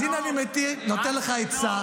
אז אם הייתי נותן לך עצה,